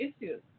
issues